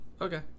Okay